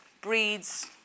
breeds